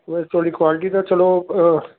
ਵੈਸੇ ਤੁਹਾਡੀ ਕੁਆਲਿਟੀ ਤਾਂ ਚਲੋ